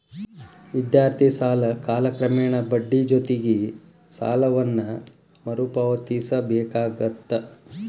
ವಿದ್ಯಾರ್ಥಿ ಸಾಲ ಕಾಲಕ್ರಮೇಣ ಬಡ್ಡಿ ಜೊತಿಗಿ ಸಾಲವನ್ನ ಮರುಪಾವತಿಸಬೇಕಾಗತ್ತ